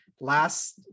last